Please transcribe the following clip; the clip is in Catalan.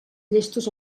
llestos